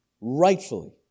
rightfully